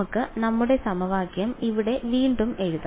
നമുക്ക് നമ്മുടെ സമവാക്യം ഇവിടെ വീണ്ടും എഴുതാം